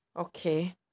okay